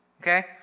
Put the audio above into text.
okay